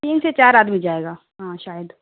تین سے چار آدمی جائے گا ہاں شاید